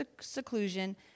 seclusion